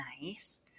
nice